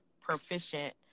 proficient